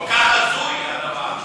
כל כך הזוי הדבר.